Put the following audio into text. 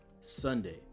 Sunday